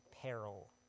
peril